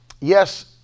yes